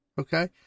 Okay